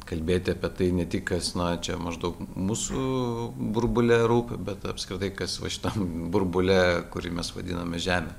kalbėti apie tai ne tik kasnakt maždaug mūsų burbule rūpi bet apskritai kas va šitam burbule kurį mes vadiname žemė